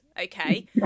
okay